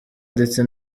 ndetse